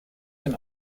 den